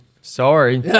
Sorry